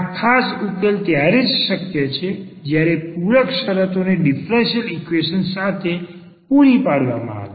આ ખાસ ઉકેલ ત્યારે જ શક્ય છે જ્યારે કેટલીક પૂરક શરતોને ડીફરન્સીયલ ઈક્વેશન સાથે પૂરી પાડવામાં આવે